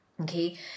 Okay